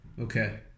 okay